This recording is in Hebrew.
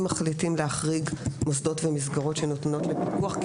מחליטים להחריג מוסדות ומסגרות שנתונות לפיקוח כי